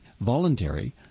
voluntary